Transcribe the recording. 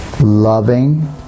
loving